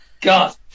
God